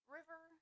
River